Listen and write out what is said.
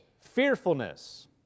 Fearfulness